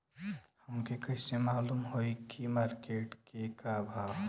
हमके कइसे मालूम होई की मार्केट के का भाव ह?